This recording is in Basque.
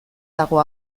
dago